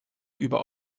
über